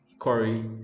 Corey